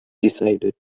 decided